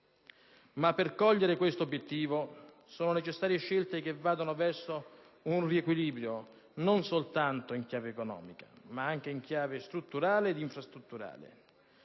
Ma per cogliere questo obiettivo sono necessarie scelte che vadano verso un riequilibrio non solo in chiave economica, ma anche strutturale ed infrastrutturale